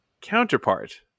counterpart